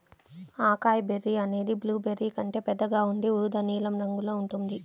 acai berry అనేది blueberry కంటే పెద్దగా ఉండి ఊదా నీలం రంగులో ఉంటుంది